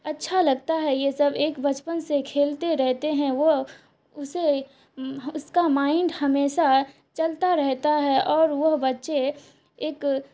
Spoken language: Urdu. اچھا لگتا ہے یہ سب ایک بچپن سے کھیلتے رہتے ہیں وہ اسے اس کا مائنڈ ہمیشہ چلتا رہتا ہے اور وہ بچے ایک